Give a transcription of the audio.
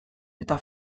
eta